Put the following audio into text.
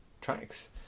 tracks